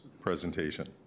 presentation